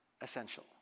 essential